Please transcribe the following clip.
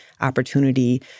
opportunity